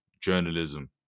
journalism